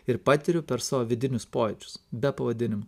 ir patiriu per savo vidinius pojūčius be pavadinimo